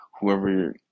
whoever